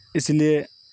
اس لیے